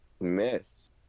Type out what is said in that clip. Miss